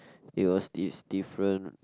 it was dis~ different